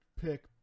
pick